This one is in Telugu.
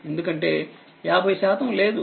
ఎందుకంటే50శాతంలేదు